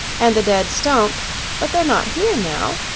and the dead stump but they're not here now.